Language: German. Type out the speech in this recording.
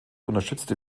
unterstützte